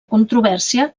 controvèrsia